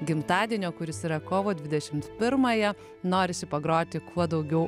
gimtadienio kuris yra kovo dvidešimt pirmąją norisi pagroti kuo daugiau